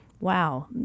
wow